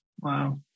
Wow